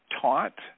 taught